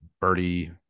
Birdie